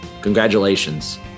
congratulations